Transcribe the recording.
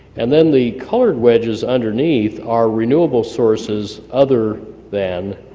and then the colored wedges underneath are renewable sources other than